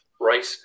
right